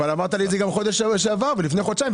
אמרת לי את זה גם בחודש שעבר וגם לפני חודשיים,